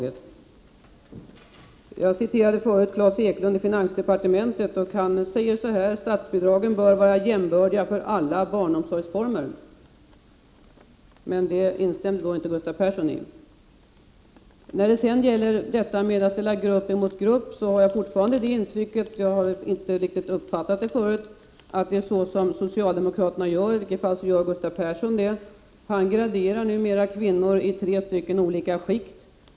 Jag citerade förut Klas Eklund i finansdepartementet. Han säger att statsbidragen bör vara jämbördiga för alla barnomsorgsformer, men det instämmer tydligen inte Gustav Persson i. När det gäller att ställa grupp mot grupp har jag fortfarande det intrycket — jag har inte riktigt uppfattat detta förut — att socialdemokraterna eller i varje fall Gustav Persson numera graderar kvinnor i tre olika skikt.